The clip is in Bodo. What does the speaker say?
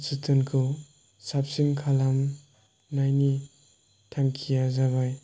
जोथोनखौ साबसिन खालामनायनि थांखिया जाबाय